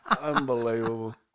Unbelievable